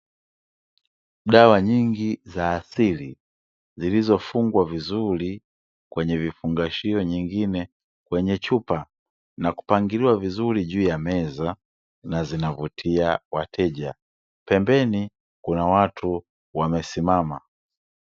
Dawa nyingi za asili zilizofungwa vizuri kwenye vifungashio nyingine kwenye chupa na kupangiliwa vizuri juu ya meza na zinavutia wateja. Pembeni kuna watu wamesimama.